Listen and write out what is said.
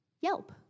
Yelp